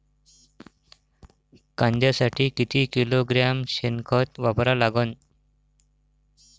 कांद्यासाठी किती किलोग्रॅम शेनखत वापरा लागन?